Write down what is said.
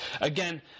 again